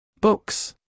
Books